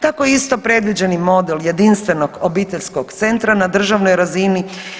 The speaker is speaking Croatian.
Tako je isto predviđen i model jedinstvenog obiteljskog centra na državnoj razini.